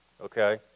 okay